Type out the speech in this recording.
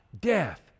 death